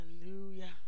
Hallelujah